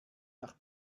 nach